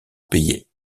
payé